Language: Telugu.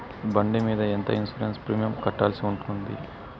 బండి మీద ఎంత ఇన్సూరెన్సు ప్రీమియం కట్టాల్సి ఉంటుంది?